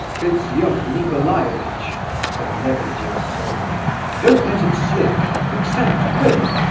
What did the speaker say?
prince lef nicolaievitch said lebedef solemnly don't let it slip! accept, quick!